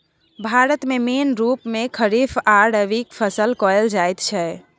भारत मे मेन रुप मे खरीफ आ रबीक फसल कएल जाइत छै